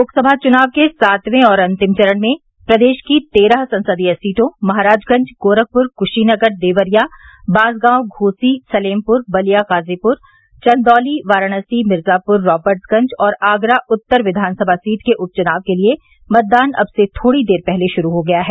लोकसभा चुनाव के सातवें और अंतिम चरण में प्रदेश की तेरह संसदीय सीटों महराजगंज गोरखपुर कुशीनगर देवरिया बांसगांव घोसी सलेमपुर बलिया गाजीपुर चन्दौली वाराणसी मिर्जापुर राबर्ट्सगंज और आगरा उत्तर विधानसभा सीट के उप चुनाव के लिये मतदान अब से थोड़ी देर पहले शुरू हो गया है